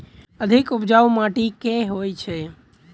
अधिक उपजाउ माटि केँ होइ छै?